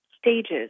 stages